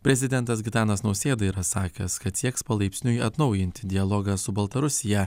prezidentas gitanas nausėda yra sakęs kad sieks palaipsniui atnaujinti dialogą su baltarusija